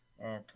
Okay